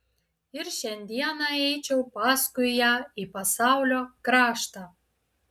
ir šiandieną eičiau paskui ją į pasaulio kraštą